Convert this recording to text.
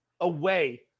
away